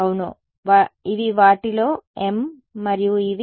అవును ఇవి వాటిలో m మరియు ఇవి